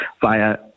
via